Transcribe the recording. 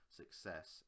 success